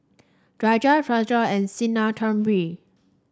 Rajat Razia and Sinnathamby